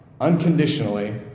unconditionally